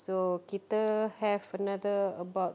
so kita have another about